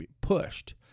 pushed